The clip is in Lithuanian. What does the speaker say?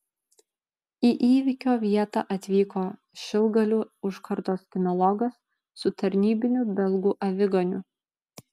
į įvykio vietą atvyko šilgalių užkardos kinologas su tarnybiniu belgų aviganiu